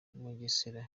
mugesera